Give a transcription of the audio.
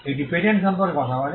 এটি পেটেন্ট সম্পর্কে কথা বলে